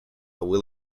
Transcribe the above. will